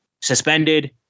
suspended